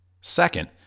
Second